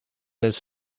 his